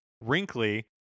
Wrinkly